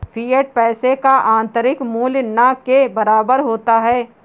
fiat पैसे का आंतरिक मूल्य न के बराबर होता है